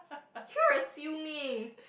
so assuming